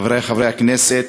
חברי חברי הכנסת,